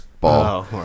ball